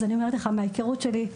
אז אני אומרת לך מההיכרות שלי,